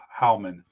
Howman